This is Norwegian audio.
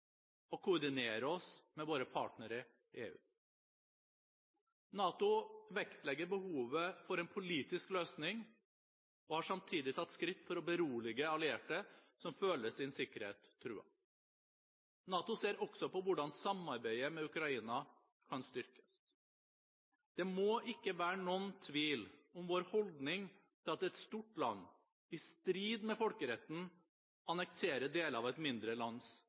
oss med våre partnere i EU. NATO vektlegger behovet for en politisk løsning og har samtidig tatt skritt for å berolige allierte som føler sin sikkerhet truet. NATO ser også på hvordan samarbeidet med Ukraina kan styrkes. Det må ikke være noen tvil om vår holdning til at et stort land, i strid med folkeretten, annekterer deler av et mindre lands